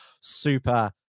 super